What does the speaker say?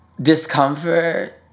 discomfort